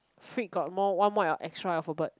freak got more one more extra alphabet